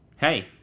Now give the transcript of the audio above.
Hey